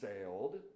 sailed